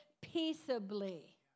peaceably